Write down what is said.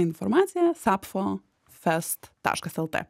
informacija sapo fest taškas lt